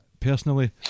Personally